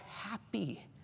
happy